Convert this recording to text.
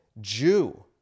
Jew